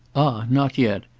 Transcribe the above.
ah not yet!